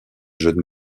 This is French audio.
jeune